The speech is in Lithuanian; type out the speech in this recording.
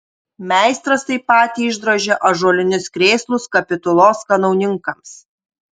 meistras taip pat išdrožė ąžuolinius krėslus kapitulos kanauninkams